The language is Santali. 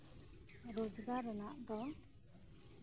ᱨᱳᱡᱜᱟᱨ ᱨᱮᱱᱟᱜ ᱫᱚ